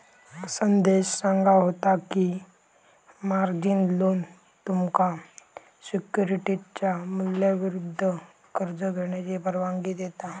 संदेश सांगा होतो की, मार्जिन लोन तुमका सिक्युरिटीजच्या मूल्याविरुद्ध कर्ज घेण्याची परवानगी देता